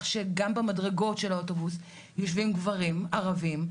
שגם במדרגות של האוטובוס יושבים גברים ערבים.